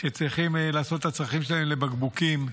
שצריכים לעשות את הצרכים שלהם לבקבוקים.